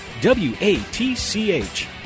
w-a-t-c-h